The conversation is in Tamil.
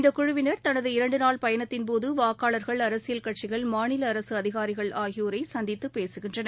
இந்த குழு தனது இரண்டு நாள் பயணத்தின்போது வாக்களார்கள் அரசியல் கட்சிகள் மாநில அரசு அதிகாரிகள் ஆகியோரை சந்தித்து பேசுகின்றனர்